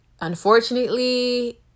unfortunately